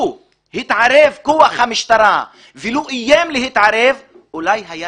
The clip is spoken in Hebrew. לו התערב כוח המשטרה ולו איים להתערב, אולי היה